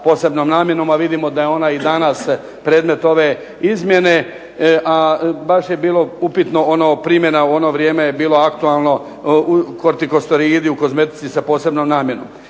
posebnom namjenom a vidimo da je ona i danas predmet ove izmjene, a baš je bilo upitno, ono primjena u ono vrijeme je bilo aktualno kortikosteroidi u kozmetici sa posebnom namjenom.